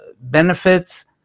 benefits